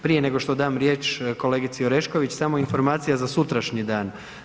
Prije nego što dam riječ kolegici Orešković samo informacija za sutrašnji dan.